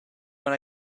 when